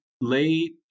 Late